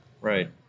Right